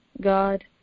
God